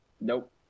Nope